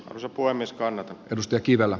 helpoimmin scan edusti kivellä